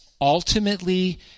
ultimately